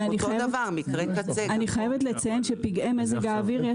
אני חייבת לציין שיש לנו הרבה פגעי מזג אוויר.